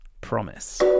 Promise